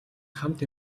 хамт